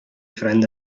friend